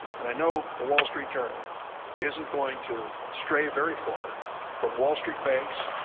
and i know the wall street journal isn't going to stray very far from wall street banks,